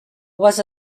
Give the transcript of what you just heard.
was